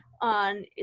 on